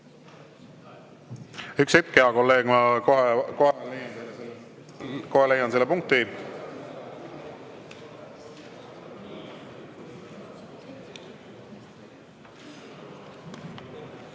Üks hetk, hea kolleeg, ma kohe leian selle punkti.